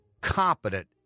competent